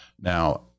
Now